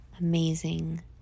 amazing